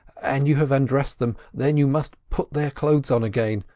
and you have undressed them, then you must put their clothes on again.